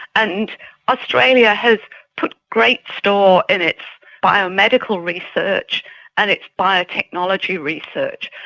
and australia has put great store in its biomedical research and its biotechnology research.